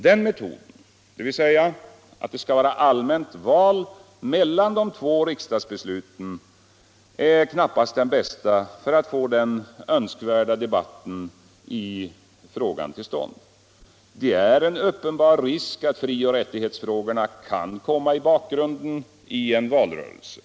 Den metoden, dvs. att det skall vara allmänt val mellan de två riksdagsbesluten, är knappast den bästa för att få den önskvärda debatten i frågan till stånd. Det är en uppenbar risk för att frioch rättighetsfrågorna kan komma i bakgrunden i en valrörelse.